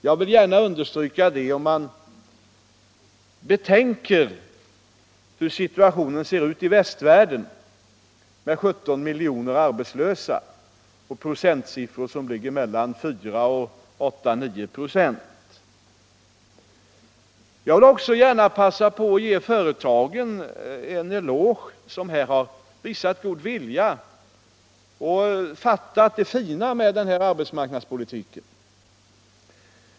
Jag vill gärna understryka det, mot bakgrund av hur situationen är i västvärlden. Där har man 17 miljoner arbetslösa och procentsiffror på mellan 4 och 9 94. Jag vill också passa på att ge företagarna en eloge. De har visat god vilja och fattat det fina med vår arbetsmarknadspolitik.